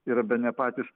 yra bene patys